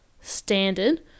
standard